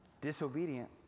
disobedient